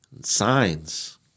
Signs